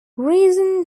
reason